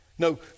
No